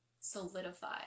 Solidify